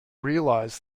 realised